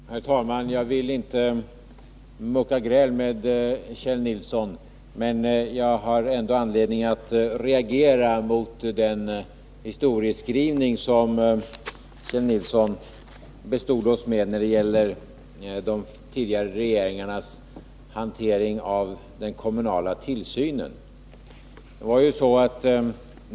Herr talman! Jag vill inte mucka gräl med Kjell Nilsson, men jag har anledning att reagera mot den historieskrivning som Kjell Nilsson bestod oss när det gäller de tidigare regeringarnas hantering av frågan om den kommunala tillsynen.